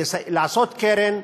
לעשות קרן,